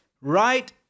right